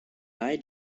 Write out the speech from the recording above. eye